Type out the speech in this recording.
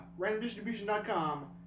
Randomdistribution.com